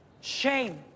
shame